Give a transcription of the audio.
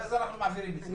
ואז אנחנו מעבירים את זה.